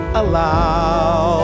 allow